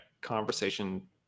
conversation